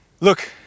Look